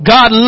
God